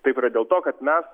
taip yra dėl to kad mes